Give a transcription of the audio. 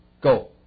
Go